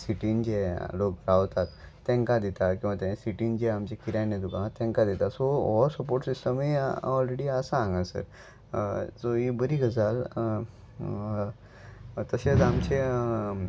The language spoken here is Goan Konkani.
सिटीन जे लोक रावतात तेंका दिता किंवां ते सिटीन जे आमचे किरायनी तुका तांकां दिता सो हो सपोर्ट सिस्टमूय ऑलरेडी आसा हांगासर सो ही बरी गजाल तशेंच आमचे